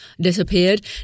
disappeared